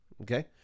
okay